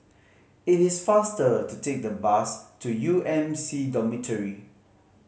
it is faster to take the bus to U M C Dormitory